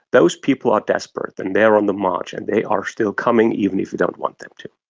those people are desperate and they are on the march and they are still coming, even if we don't want them to.